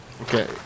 Okay